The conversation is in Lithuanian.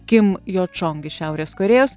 kim jo čong iš šiaurės korėjos